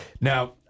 now